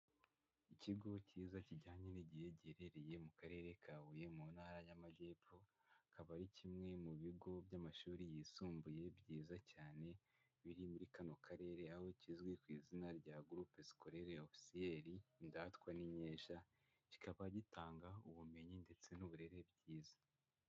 Ikigo cyiza kijyanye n'igihe giherereye mu Karere ka Huye mu Ntara y'Amajyepfo, akaba ari kimwe mu bigo by'amashuri yisumbuye byiza cyane biri muri kano karere, aho kizwi ku izina rya Groupe Scolaire Officielle, Indatwa n'Inkesha, kikaba gitanga ubumenyi ndetse n'uburere byiza.